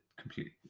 completely